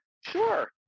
Sure